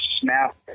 snap